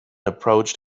approached